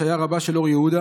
שהיה רבה של אור יהודה.